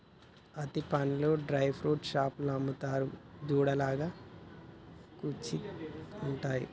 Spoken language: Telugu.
అత్తి పండ్లు డ్రై ఫ్రూట్స్ షాపులో అమ్ముతారు, దండ లాగా కుచ్చి ఉంటున్నాయి